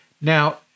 Now